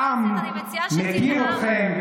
העם מכיר אתכם,